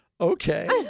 Okay